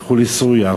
הלכו לסוריה,